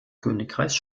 königreichs